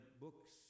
books